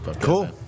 cool